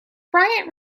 bryant